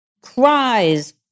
cries